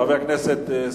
חבר הכנסת סוייד,